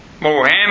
Mohammed